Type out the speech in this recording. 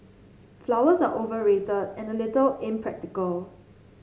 flowers are overrated and a little impractical